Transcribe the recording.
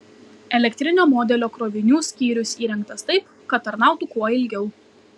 elektrinio modelio krovinių skyrius įrengtas taip kad tarnautų kuo ilgiau